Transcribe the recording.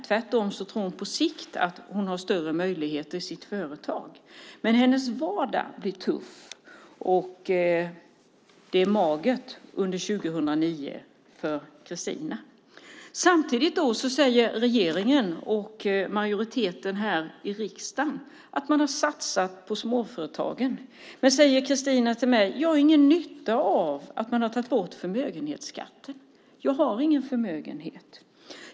Tvärtom tror hon på sikt att hon har större möjligheter i sitt företag, men hennes vardag blir tuff, och det är magert under 2009 för henne. Samtidigt säger regeringen och majoriteten här i riksdagen att man har satsat på småföretagen. Då säger Kristina till mig: Jag har ingen nytta av att man har tagit bort förmögenhetsskatten, för jag har ingen förmögenhet.